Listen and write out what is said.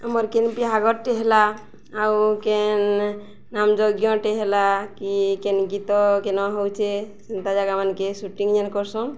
ଆମର କେନ୍ ବିହାଘରଟେ ହେଲା ଆଉ କେନ୍ ନାମ ଯଜ୍ଞଟେ ହେଲା କି କେନ୍ ଗୀତ କେନ ହଉଚେ ସେନ୍ତା ଜାଗା ମାନକେ ସୁଟିଂ ଯେନ୍ କରସନ୍